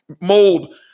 mold